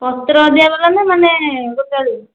ପତ୍ର ଦିଆ ବାଲା ନା ମାନେ ଗୋଟା ଦେବି